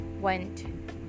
went